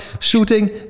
shooting